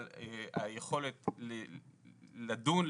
על היכולת לדון,